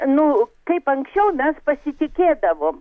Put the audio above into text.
nu kaip anksčiau mes pasitikėdavom